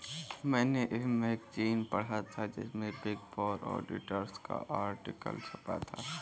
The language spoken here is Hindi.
मेने ये मैगज़ीन पढ़ा था जिसमे बिग फॉर ऑडिटर्स का आर्टिकल छपा था